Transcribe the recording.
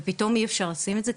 ופתאום אי אפשר לשים את זה,